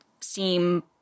seem